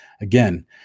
Again